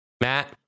Matt